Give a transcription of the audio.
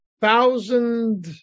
thousand